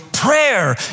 prayer